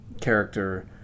character